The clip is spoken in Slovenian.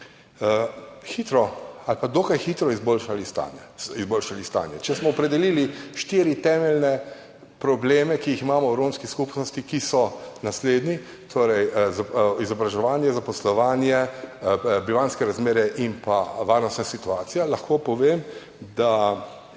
ali pa dokaj hitro izboljšali stanje. Če smo opredelili štiri temeljne probleme, ki jih imamo v romski skupnosti, ki so naslednji, izobraževanje, zaposlovanje, bivanjske razmere in varnostna situacija, lahko povem, da